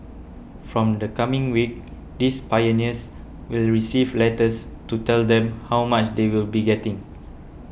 from the coming week these pioneers will receive letters to tell them how much they will be getting